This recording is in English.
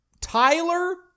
Tyler